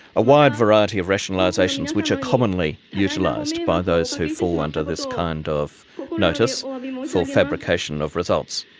a wide variety of rationalisations which are commonly utilised by those who fall under this kind of notice for so um you know so fabrication of results.